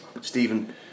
Stephen